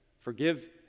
forgive